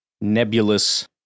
nebulous